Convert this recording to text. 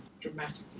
dramatically